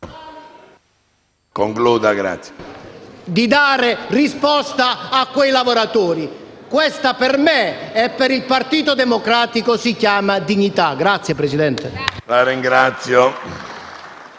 di dare risposta a quei lavoratori. Questa per me e per il Partito Democratico si chiama dignità. *(Applausi